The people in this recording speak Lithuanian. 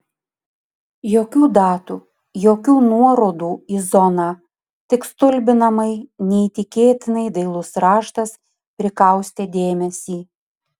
jokių datų jokių nuorodų į zoną tik stulbinamai neįtikėtinai dailus raštas prikaustė dėmesį